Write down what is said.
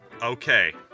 Okay